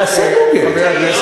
תעשה גוגל.